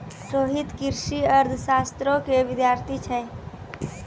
रोहित कृषि अर्थशास्त्रो के विद्यार्थी छै